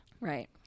Right